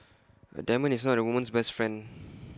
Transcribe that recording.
A diamond is not A woman's best friend